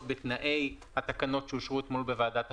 בתנאי התקנות שאושרו אתמול בוועדת החוקה?